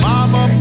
Mama